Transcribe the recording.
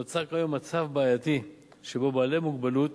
נוצר כיום מצב בעייתי שבו בעלי מוגבלות